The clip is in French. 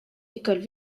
écoles